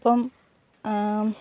ഇപ്പം